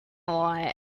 lot